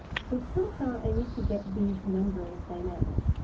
so somehow i need to get these numbers dynamic,